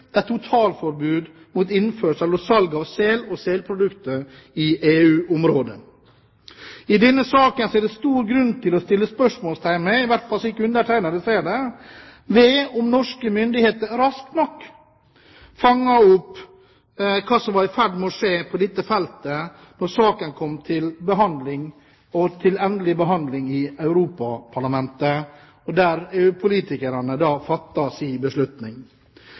betyr et totalforbud mot innførsel og salg av sel og selprodukter i EU-området. I denne saken er det stor grunn til å sette spørsmålstegn ved – i hvert fall slik undertegnede ser det – om norske myndigheter raskt nok fanger opp hva som var i ferd med å skje på dette feltet da saken kom til endelig behandling i Europaparlamentet, der EU-politikerne fatter sin beslutning. Det er